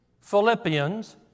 Philippians